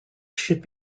should